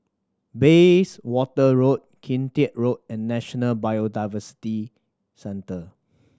Bayswater Road Kian Teck Road and National Biodiversity Centre